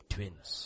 Twins